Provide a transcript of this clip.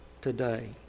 today